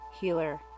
healer